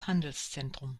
handelszentrum